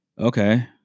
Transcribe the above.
Okay